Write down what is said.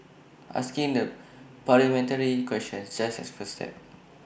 asking the parliamentary question just A first step